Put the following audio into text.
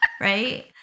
right